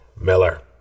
Miller